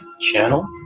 channel